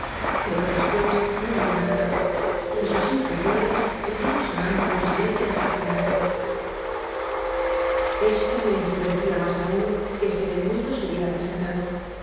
pero después no oyó nada y sus improperios siguieron sonando en un silen cio desesperante esto le enfurecía más aún que si el ene migo se hubiera presentado